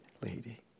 lady